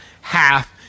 half